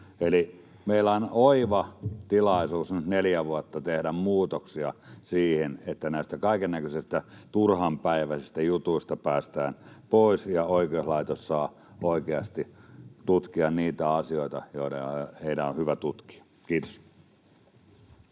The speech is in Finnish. meillä on oiva tilaisuus nyt neljä vuotta tehdä muutoksia siihen, että näistä kaikennäköisistä turhanpäiväisistä jutuista päästään pois ja oikeuslaitos saa oikeasti tutkia niitä asioita, joita heidän on hyvä tutkia. — Kiitos.